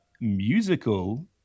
musical